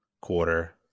quarter